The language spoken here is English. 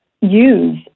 use